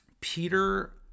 Peter